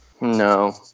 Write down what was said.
No